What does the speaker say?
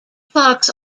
clocks